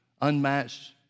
unmatched